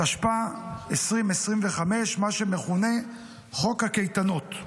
התשפ"ה 2025, מה שמכונה חוק הקייטנות.